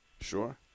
Sure